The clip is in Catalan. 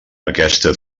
aquesta